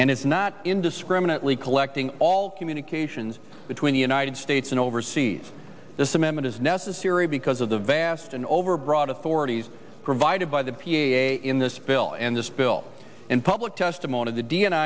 and it's not indiscriminately collecting all communications between the united states and overseas this amendment is necessary because of the vast and overbroad authorities provided by the p a in this bill and this bill in public dimona the d